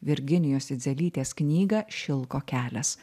virginijos idzelytės knygą šilko kelias